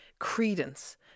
credence